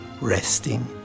resting